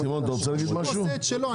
השוק עושה את שלו.